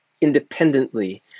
independently